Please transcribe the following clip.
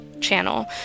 channel